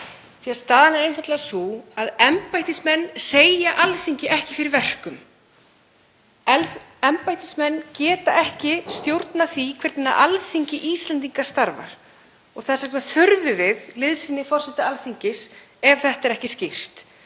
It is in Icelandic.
því að staðan er einfaldlega sú að embættismenn segja Alþingi ekki fyrir verkum. Embættismenn geta ekki stjórnað því hvernig Alþingi Íslendinga starfar. Þess vegna þurfum við liðsinni forseta Alþingis ef þetta er ekki skýrt.